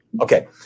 Okay